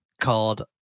called